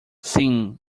sim